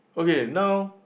okay now